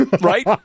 right